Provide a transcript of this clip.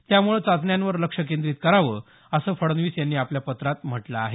त्यामुळे चाचण्यांवर लक्ष केंद्रीत करावं असं फडणवीस यांनी आपल्या पत्रात म्हटलं आहे